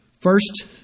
First